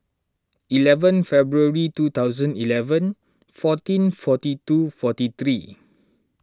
eleven February two thousand eleven fourteen forty two forty three